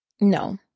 no